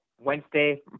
Wednesday